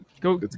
Go